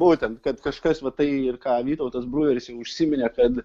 būtent kad kažkas va tai ir ką vytautas bruveris užsiminė kad